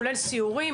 כולל סיורים.